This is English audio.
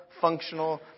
functional